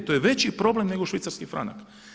To je veći problem nego švicarski franak.